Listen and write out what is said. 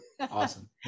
Awesome